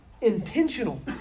intentional